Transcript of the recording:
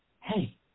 Hey